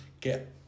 get